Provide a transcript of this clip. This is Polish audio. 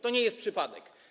To nie jest przypadek.